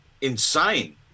insane